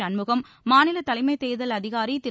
கண்முகம் மாநில தலைமைத் தேர்தல் அதிகாரி திரு